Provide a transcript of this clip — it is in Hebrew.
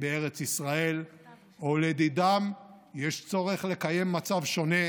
בארץ ישראל ולדידם יש צורך לקיים מצב שונה,